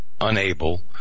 unable